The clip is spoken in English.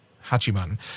Hachiman